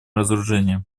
разоружение